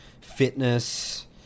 fitness